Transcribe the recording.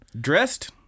Dressed